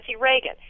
Reagan